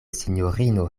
sinjorino